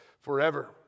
forever